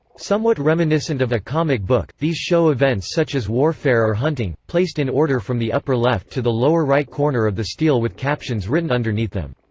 somewhat reminiscent of a comic book, these show events such as warfare or hunting, placed in order from the upper left to the lower right corner of the stele with captions written underneath them.